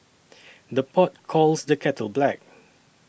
the pot calls the kettle black